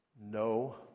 No